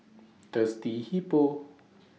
Thirsty Hippo